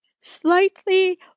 slightly